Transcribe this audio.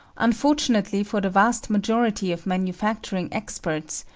unfortunately for the vast majority of manufacturing experts,